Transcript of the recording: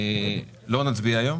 לא נצביע היום